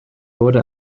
wurde